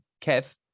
Kev